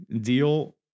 deal